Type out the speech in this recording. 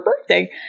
birthday